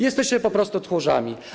Jesteście po prostu tchórzami.